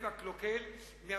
שהיום עונה על כל החתכים,